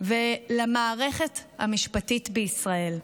ולמערכת המשפטית בישראל,